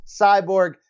Cyborg